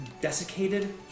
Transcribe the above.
desiccated